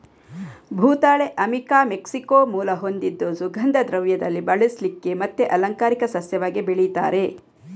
ಭೂತಾಳೆ ಅಮಿಕಾ ಮೆಕ್ಸಿಕೋ ಮೂಲ ಹೊಂದಿದ್ದು ಸುಗಂಧ ದ್ರವ್ಯದಲ್ಲಿ ಬಳಸ್ಲಿಕ್ಕೆ ಮತ್ತೆ ಅಲಂಕಾರಿಕ ಸಸ್ಯವಾಗಿ ಬೆಳೀತಾರೆ